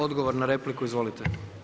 Odgovor na repliku, izvolite.